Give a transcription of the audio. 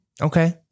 Okay